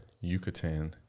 Yucatan